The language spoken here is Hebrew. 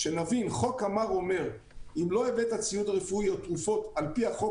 חוק אמ"ר אומר שאם לא הבאת ציוד רפואי או תרופות על פי החוק,